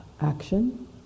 action